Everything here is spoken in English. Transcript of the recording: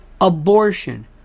Abortion